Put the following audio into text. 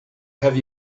have